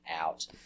out